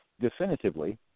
definitively